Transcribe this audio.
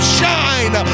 shine